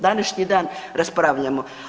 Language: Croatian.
Današnji dan raspravljamo.